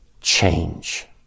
change